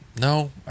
no